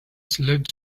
slept